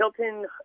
Hilton